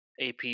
AP